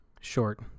short